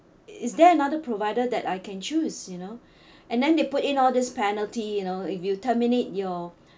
is there another provider that I can choose you know and then they put in all this penalty you know if you terminate your